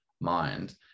mind